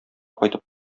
кайтып